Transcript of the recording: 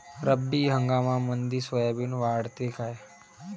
रब्बी हंगामामंदी सोयाबीन वाढते काय?